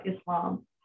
Islam